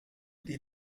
die